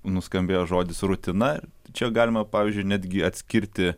nuskambėjo žodis rutina čia galima pavyzdžiui netgi atskirti